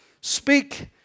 Speak